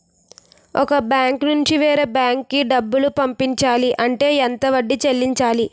ఒక బ్యాంక్ నుంచి వేరే బ్యాంక్ కి డబ్బులు పంపించాలి అంటే ఎంత వడ్డీ చెల్లించాలి?